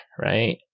right